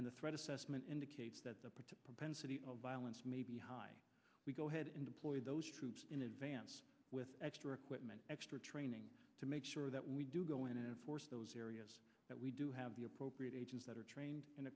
and the threat assessment indicates that the part of propensity of violence may be high we go ahead and deploy those troops in advance with extra quitman extra training to make sure that we do go in and force those areas that we do have the appropriate agents that are trained and